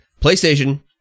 playstation